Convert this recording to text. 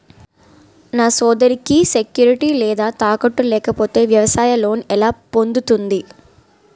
నా సోదరికి సెక్యూరిటీ లేదా తాకట్టు లేకపోతే వ్యవసాయ లోన్ ఎలా పొందుతుంది?